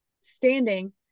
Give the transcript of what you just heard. standing